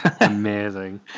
amazing